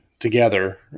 together